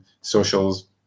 socials